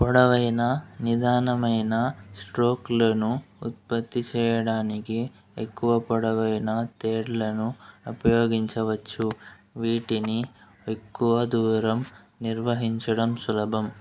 పొడవైన నిదానమైన స్ట్రోక్లును ఉత్పత్తి చేయడానికి ఎక్కువ పొడవైన తేడ్లను ఉపయోగించవచ్చు వీటిని ఎక్కువ దూరం నిర్వహించడం సులభం